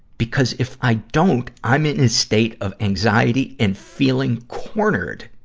because if i don't, i'm in a state of anxiety and feeling cornered.